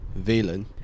Valen